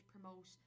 promote